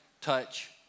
touch